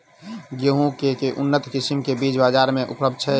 गेंहूँ केँ के उन्नत किसिम केँ बीज बजार मे उपलब्ध छैय?